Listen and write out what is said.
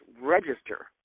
register